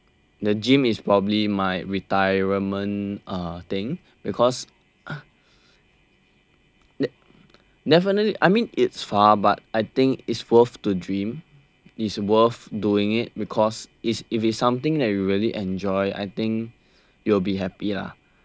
the gym is probably my retirement uh thing because definitely I mean it's far but I think is worth to dream is worth doing it because it's if it's something that you really enjoy I think you will be happy lah